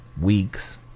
weeks